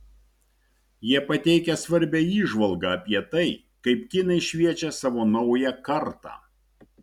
jie pateikia svarbią įžvalgą apie tai kaip kinai šviečia savo naują kartą